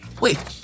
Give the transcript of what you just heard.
Wait